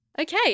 Okay